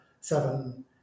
seven